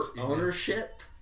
ownership